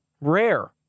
Rare